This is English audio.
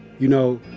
you know?